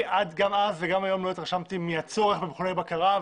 גם אז וגם היום לא התרשמתי מהצורך במכוני בקרה,